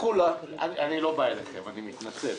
אני לא בא אליכם, אני מתנצל,